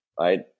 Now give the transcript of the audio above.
right